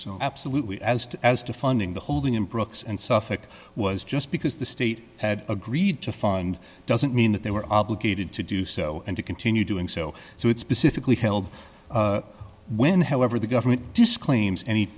so absolutely as to as to funding the holding in brooks and suffolk was just because the state had agreed to fund doesn't mean that they were obligated to do so and to continue doing so so it's pacifically held when however the government disclaims any